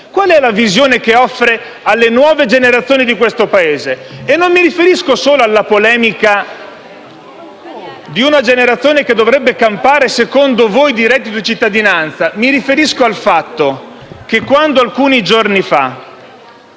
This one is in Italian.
Qual è la visione che offre alle nuove generazioni di questo Paese? E non mi riferisco solo alla polemica di una generazione che dovrebbe campare - secondo voi - di reddito di cittadinanza. Mi riferisco al fatto che, quando, alcuni giorni fa,